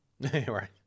right